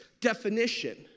definition